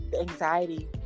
anxiety